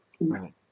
Right